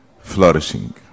flourishing